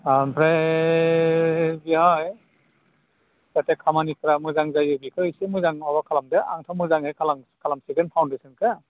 ओमफ्राय बेहाय जाहाथे खामानिफोरा मोजां जायो बेखौ एसे मोजां माबा खालामदो आंथ' मोजाङै खालाम खालामसिगोन फाउनदेसनखौ